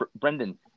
Brendan